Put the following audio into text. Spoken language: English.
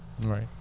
right